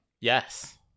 Yes